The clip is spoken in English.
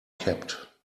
kept